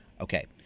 Okay